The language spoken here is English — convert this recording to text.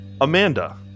Amanda